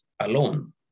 alone